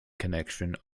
connection